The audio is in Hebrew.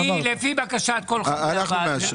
אנחנו מאשרים.